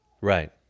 right